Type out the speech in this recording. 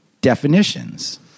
definitions